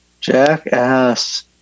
Jackass